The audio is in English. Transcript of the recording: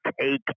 take